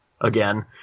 again